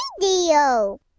video